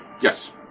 Yes